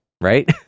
right